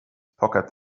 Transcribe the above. pocket